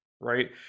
Right